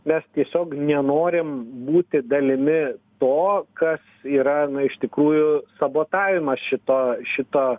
mes tiesiog nenorim būti dalimi to kas yra iš tikrųjų sabotavimas šito šito